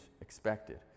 expected